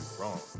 wrong